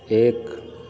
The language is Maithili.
एक